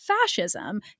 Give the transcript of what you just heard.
fascism